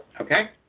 Okay